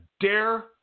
dare